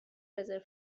رزرو